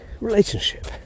relationship